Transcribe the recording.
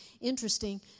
interesting